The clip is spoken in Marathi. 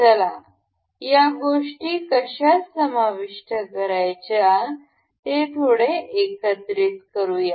चला या गोष्टी कशा समाविष्ट करायच्या ते थोडे एकत्रित करू या